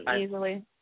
easily